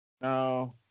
No